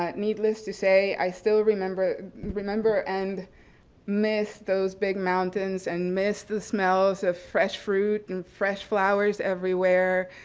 ah needless to say, i still remember remember and miss those big mountains and miss the smells of fresh fruit and fresh flowers everywhere,